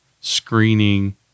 screening